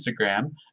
Instagram